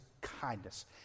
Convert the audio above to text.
kindness